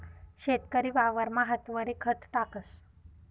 शेतकरी वावरमा हातवरी खत टाकस